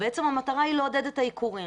בעצם המטרה היא לעודד את העיקורים.